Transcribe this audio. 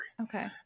Okay